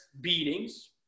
beatings